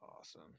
Awesome